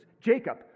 Jacob